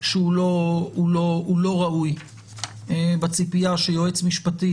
שהוא לא ראוי בציפייה שיועץ משפטי